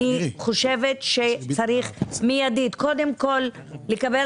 אני חושבת שצריך מיידית קודם כול לקבל